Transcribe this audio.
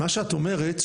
מה שאת אומרת,